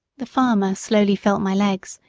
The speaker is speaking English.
the farmer slowly felt my legs,